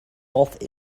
both